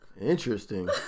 Interesting